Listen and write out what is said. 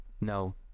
No